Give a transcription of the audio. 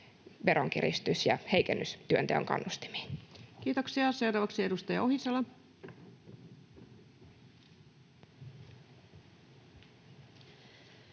veronkiristys ja heikennys työnteon kannustimiin. Kiitoksia. — Seuraavaksi edustaja Ohisalo.